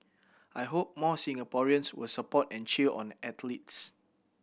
I hope more Singaporeans will support and cheer on our athletes